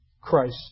Christ